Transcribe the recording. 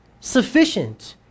sufficient